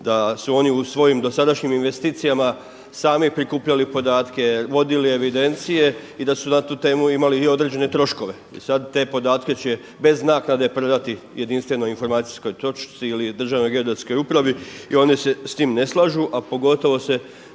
da su oni u svojim dosadašnjim investicijama sami prikupljali podatke, vodili evidencije i da su na tu imali i određene troškove. I sada će te podatke bez naknade predati jedinstvenoj informacijskoj točci ili Državnoj geodetskoj upravi i oni se s tim ne slažu, a pogotovo se